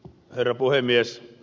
herra puhemies